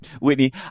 Whitney